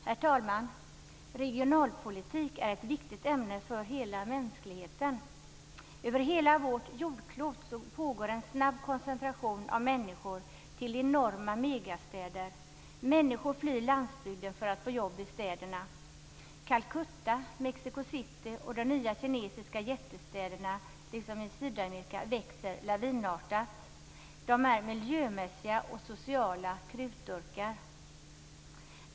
Herr talman! Regionalpolitik är ett viktigt ämne för hela mänskligheten. Över hela vårt jordklot pågår en snabb koncentration av människor till enorma "megastäder". Människor flyr landsbygden för att få jobb i städerna. Calcutta, Mexico City och de nya kinesiska och sydamerikanska jättestäderna växer lavinartat. De är miljömässiga och sociala krutdurkar.